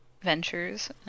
ventures